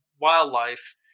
Wildlife